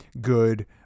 good